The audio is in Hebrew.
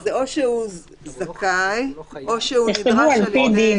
אז זה או שהוא זכאי או שהוא נדרש על ידי בית משפט.